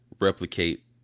replicate